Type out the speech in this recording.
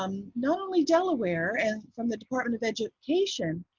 um not only delaware and from the department of education,